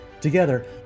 Together